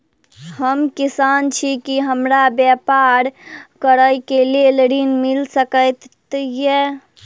हम किसान छी की हमरा ब्यपार करऽ केँ लेल ऋण मिल सकैत ये?